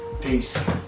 peace